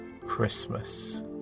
Christmas